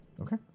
Okay